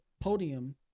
podium